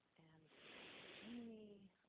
and jamie.